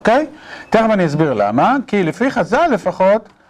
אוקיי? תכף אני אסביר למה, כי לפי חז"ל לפחות.